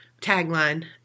tagline